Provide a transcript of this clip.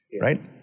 right